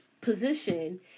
position